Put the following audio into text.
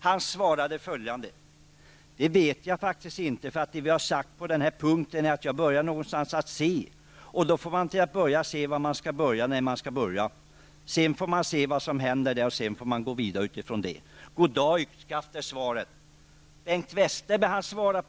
Carl Bildt svarade följande: ''Det vet jag faktiskt inte, för att det vi har sagt på den här punkten är att jag börjar någonstans att se och då får man till att börja med se var man ska börja, när man ska börja. Sedan får man se vad som händer där och sedan får man gå vidare utifrån det.'' Goddag yxskaft är svaret.